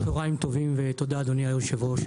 צוהריים טובים ותודה, אדוני היושב-ראש.